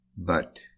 But